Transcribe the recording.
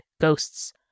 ghosts